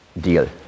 deal